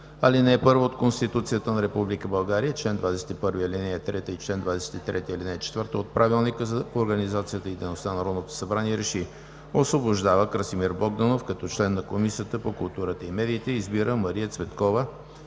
79, ал. 1 от Конституцията на Република България и чл. 21, ал. 3 и чл. 23, ал. 4 от Правилника за организацията и дейността на Народното събрание РЕШИ: Освобождава Красимир Богданов като член на Комисията по културата и медиите и избира Мария Цветкова